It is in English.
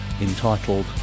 entitled